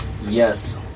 Yes